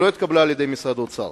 שלא התקבלה במשרד האוצר.